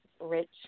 Rich